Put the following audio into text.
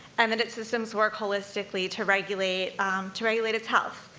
and that its systems work wholistically to regulate to regulate its health.